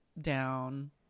down